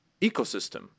ecosystem